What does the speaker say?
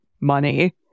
money